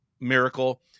miracle